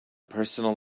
personal